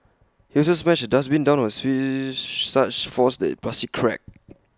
he also smashed A dustbin down on her with such force that plastic cracked